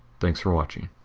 thanks for watching.